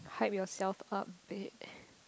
hype yourself up babe